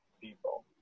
people